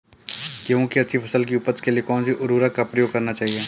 गेहूँ की अच्छी फसल की उपज के लिए कौनसी उर्वरक का प्रयोग करना चाहिए?